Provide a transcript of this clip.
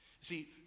See